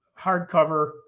hardcover